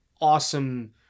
awesome